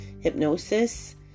hypnosis